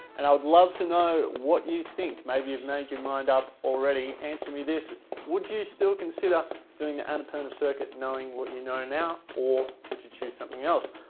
and i would love to know what you think, maybe you've made your mind up already, answer me this would you still consider doing the annapurna circuit knowing what you know now or would you choose something else.